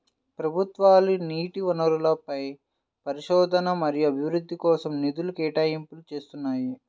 ప్రభుత్వాలు నీటి వనరులపై పరిశోధన మరియు అభివృద్ధి కోసం నిధుల కేటాయింపులు చేస్తున్నాయి